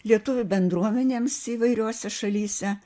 lietuvių bendruomenėms įvairiose šalyse